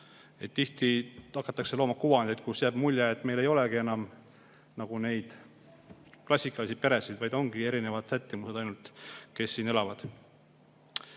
Tihti hakatakse looma kuvandit, kust jääb mulje, et meil ei olegi enam neid klassikalisi peresid, vaid ongi ainult erinevad sättumused, kes siin elavad.